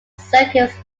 circuits